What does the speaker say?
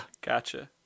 Gotcha